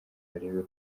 arebe